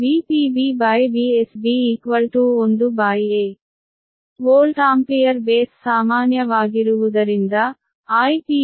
ಆದ್ದರಿಂದ volt ampere base ಸಾಮಾನ್ಯವಾಗಿರುವುದರಿಂದ ನಾವು IpBIsB a